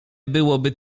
byłoby